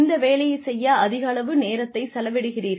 இந்த வேலையைச் செய்ய அதிகளவு நேரத்தைச் செலவிடுகிறீர்கள்